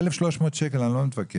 אם מדובר על 1,300 שקלים, אני לא מתווכח.